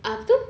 apa itu